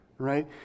right